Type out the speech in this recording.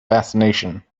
fascination